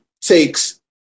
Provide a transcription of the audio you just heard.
takes